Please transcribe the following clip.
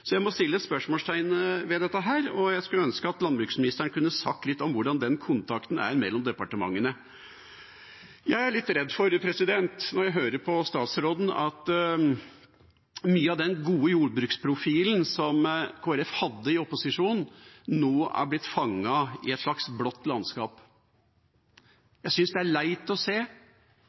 Jeg må sette spørsmålstegn ved dette. Jeg skulle ønske landbruksministeren kunne sagt litt om hvordan den kontakten er mellom departementene. Jeg er litt redd for, når jeg hører på statsråden, at mye av den gode jordbruksprofilen Kristelig Folkeparti hadde i opposisjon, nå er blitt fanget i et slags blått landskap. Jeg synes det er leit å se.